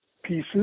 pieces